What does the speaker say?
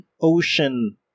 ocean